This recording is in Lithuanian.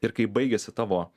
ir kai baigiasi tavo